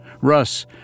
Russ